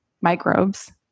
microbes